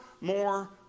more